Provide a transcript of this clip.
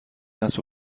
اسب